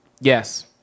Yes